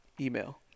email